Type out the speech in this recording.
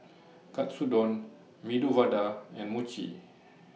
Katsudon Medu Vada and Mochi